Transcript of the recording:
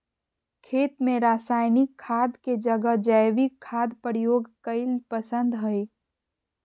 खेत में रासायनिक खाद के जगह जैविक खाद प्रयोग कईल पसंद हई